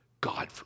God